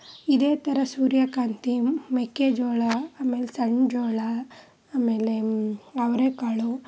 ಇದೇ ಥರ ಸೂರ್ಯಕಾಂತಿ ಮೆಕ್ಕೆಜೋಳ ಆಮೇಲೆ ಸಣ್ಣ ಜೋಳ ಆಮೇಲೆ ಅವರೇಕಾಳು